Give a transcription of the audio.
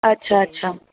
अच्छा अच्छा